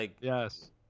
Yes